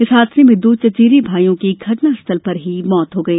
इस हादसे में दो चवेरे भाइयों की घटनास्थल पर ही मृत्यु हो गई